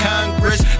Congress